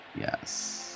Yes